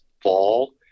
fall